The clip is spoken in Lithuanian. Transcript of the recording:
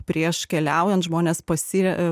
prieš keliaujant žmonės pasirenka